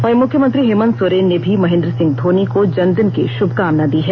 वहीं मुख्यमंत्री हेमंत सोरेन ने भी महेन्द्र सिंह धोनी को जन्मदिन की शुभकामना दी है